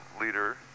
leader